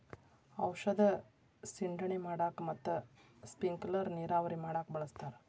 ಔಷದ ಸಿಂಡಣೆ ಮಾಡಾಕ ಮತ್ತ ಸ್ಪಿಂಕಲರ್ ನೇರಾವರಿ ಮಾಡಾಕ ಬಳಸ್ತಾರ